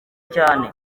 cyane